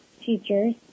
teachers